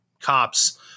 cops